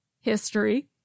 History